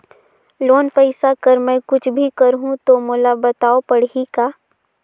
Loan पइसा कर मै कुछ भी करहु तो मोला बताव पड़ही का?